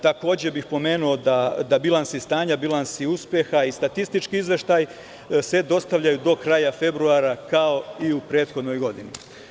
Takođe bih pomenuo da bilansi stanja, bilansi uspeha i statistički izveštaj se dostavljaju do kraja februara kao i u prethodnoj godini.